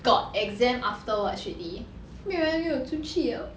got exam afterwards already 没有人约我出去了